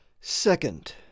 Second